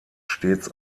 stets